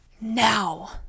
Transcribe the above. now